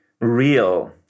real